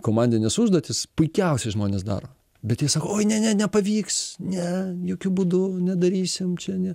komandines užduotis puikiausiai žmonės daro bet jie sako oi ne ne nepavyks ne jokiu būdu nedarysim čia ne